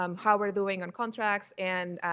um how we're doing on contracts and